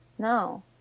No